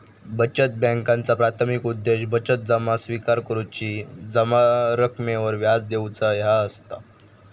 बचत बॅन्कांचा प्राथमिक उद्देश बचत जमा स्विकार करुची, जमा रकमेवर व्याज देऊचा ह्या असता